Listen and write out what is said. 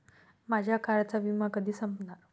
माझ्या कारचा विमा कधी संपणार